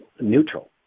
neutral